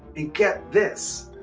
and get this!